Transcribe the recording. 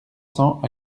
cents